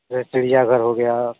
जैसे चिड़ियाघर हो गया